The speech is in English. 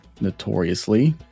notoriously